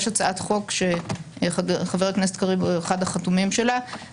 יש הצע חוק שחברת הכנסת קריב הוא אחד החתומים עליה.